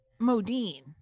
Modine